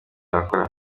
yakora